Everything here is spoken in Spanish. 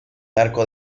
arco